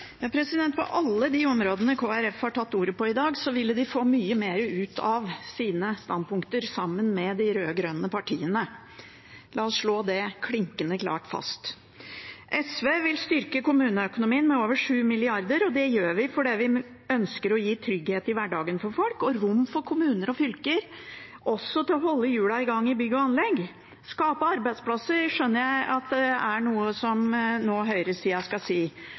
På alle de områdene Kristelig Folkeparti har tatt ordet i dag, ville de fått mye mer ut av sine standpunkter sammen med de rød-grønne partiene. La oss slå det klinkende klart fast. SV vil styrke kommuneøkonomien med over 7 mrd. kr, og det gjør vi fordi vi ønsker å gi trygghet i hverdagen for folk og rom for kommuner og fylker til å holde hjulene i gang også i bygg og anlegg. Skape arbeidsplasser skjønner jeg er noe som høyresida nå vil si skal